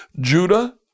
Judah